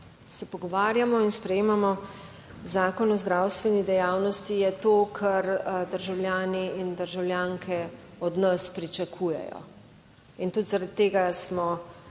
se pogovarjamo in sprejemamo Zakon o zdravstveni dejavnosti je to, kar državljani in državljanke od nas pričakujejo. In tudi zaradi tega smo